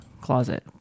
closet